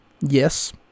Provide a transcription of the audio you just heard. Yes